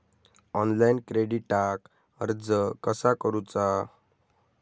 Online क्रेडिटाक अर्ज कसा करुचा?